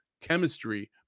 chemistry